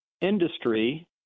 industry